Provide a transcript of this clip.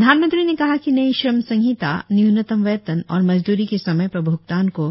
प्रधानमंत्री ने कहा कि नई श्रम संहिता न्यूनतम वेतन और मजद्री के समय पर भ्गतान को